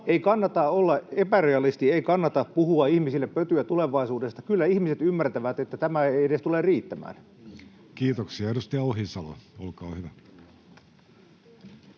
Ei kannata olla epärealisti, ei kannata puhua ihmisille pötyä tulevaisuudesta. Kyllä ihmiset ymmärtävät, että tämä ei edes tule riittämään. [Speech 63] Speaker: Jussi Halla-aho